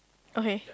okay